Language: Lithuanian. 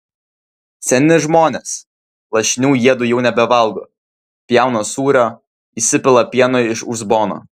seni žmonės lašinių jiedu jau nebevalgo pjauna sūrio įsipila pieno iš uzbono